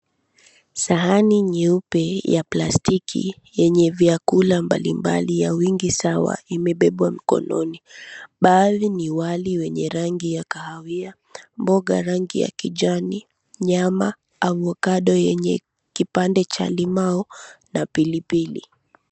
Sahani nyeupe ya plastiki yenye vyakula mbalimbali ya wingi sawa, imebebwa mkononi . Baadhi ni wali wenye rangi ya kahawia, mboga ya rangi ya kijani, nyama, avocado yenye kipande cha limau na pilipili.